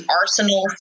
arsenal